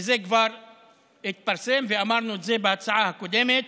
וזה כבר התפרסם, ואמרנו את זה בהצעה הקודמת,